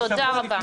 תודה רבה.